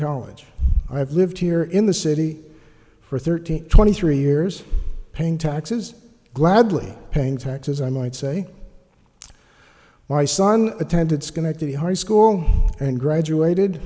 college i have lived here in the city for thirteen twenty three years paying taxes gladly paying taxes i might say my son attended schenectady high school and graduated